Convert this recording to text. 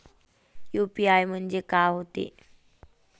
UPI म्हणजे का होते?